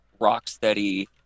Rocksteady